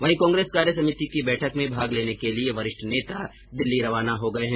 वहीं कांग्रेस कार्य समिति की बैठक में भाग लेने के लिए वरिष्ठ नेता दिल्ली रवाना हो गए है